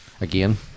again